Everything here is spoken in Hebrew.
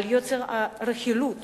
על יצר הרכילות